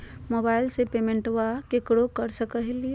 मोबाइलबा से पेमेंटबा केकरो कर सकलिए है?